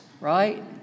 right